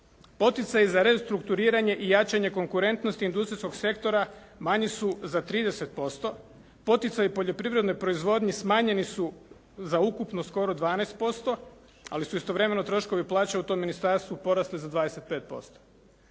Poticaju za restrukturiranje i jačanje konkurentnosti industrijskog sektora manji su za 30%, poticaju poljoprivredne proizvodnje smanjeni su za ukupno skoro 12% ali su istovremeno troškovi plaća u tom ministarstvu porasle za 25%.